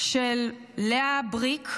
של לאה בריק,